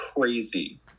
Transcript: crazy